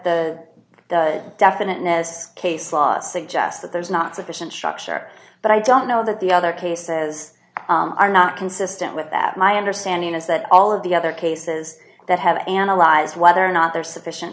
what the definiteness case law suggests that there's not sufficient structure but i don't know that the other cases are not consistent with that my understanding is that all of the other cases that have analyzed whether or not there's sufficient